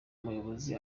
muyobozi